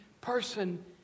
person